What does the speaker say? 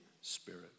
Spirit